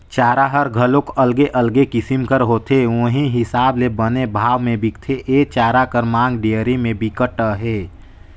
चारा हर घलोक अलगे अलगे किसम कर होथे उहीं हिसाब ले बने भाव में बिकथे, ए चारा कर मांग डेयरी में बिकट अहे